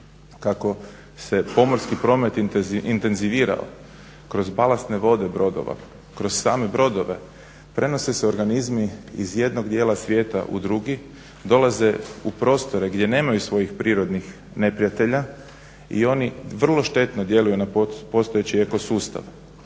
kako se pomorski promet intenzivirao kroz balansne vode brodova, kroz same brodove prenose se organizmi iz jednog dijela svijeta u drugi, dolaze u prostore gdje nemaju svojih prirodnih neprijatelja i oni vrlo štetno djeluju na postojeći ekosustav.